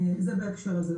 וזה בהקשר הזה.